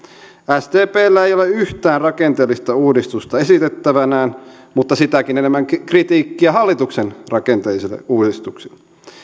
sdpllä ei ole yhtään rakenteellista uudistusta esitettävänään mutta sitäkin enemmän kritiikkiä hallituksen rakenteellisille uudistuksille